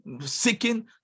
seeking